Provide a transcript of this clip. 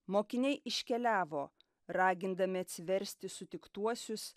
mokiniai iškeliavo ragindami atsiversti sutiktuosius